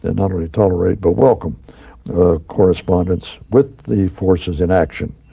and not only tolerate but welcome, the correspondents with the forces in action.